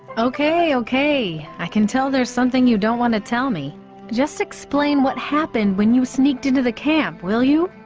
okay, okay, i can tell there's something you don't want to tell me just explain what happened when you sneaked into the camp. will you?